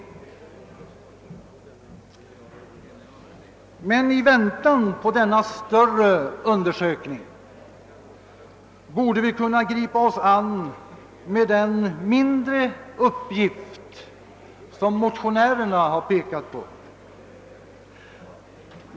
Men i väntan på denna större undersökning borde vi kunna gripa oss an med den mindre uppgift som motionärerna här pekat på.